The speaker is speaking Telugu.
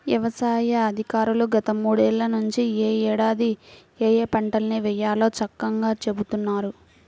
యవసాయ అధికారులు గత మూడేళ్ళ నుంచి యే ఏడాది ఏయే పంటల్ని వేయాలో చక్కంగా చెబుతున్నారు